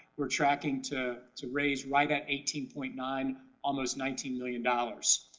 we're tracking to to raise right at eighteen point nine almost nineteen million dollars.